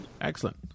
excellent